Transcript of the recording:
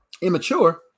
immature